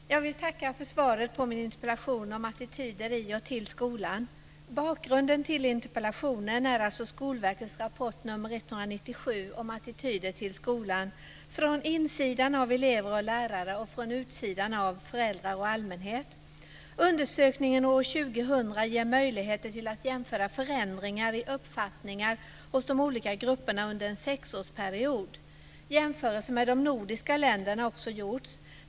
Fru talman! Jag vill tacka för svaret på min interpellation om attityder i och till skolan. Bakgrunden till interpellationen är Skolverkets rapport nr 197 om attityder till skolan från insidan av elever och lärare och från utsidan av föräldrar och allmänhet. Undersökningen år 2000 ger möjligheter till att jämföra förändringar i uppfattningar hos de olika grupperna under en sexårsperiod. Jämförelser med de nordiska länderna har också gjorts.